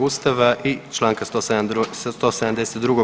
Ustava i Članka 172.